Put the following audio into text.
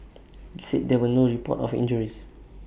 IT said there were no reports of injuries